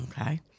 Okay